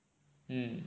mm